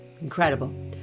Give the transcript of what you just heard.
Incredible